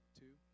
two